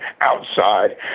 outside